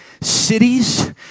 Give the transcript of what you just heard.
cities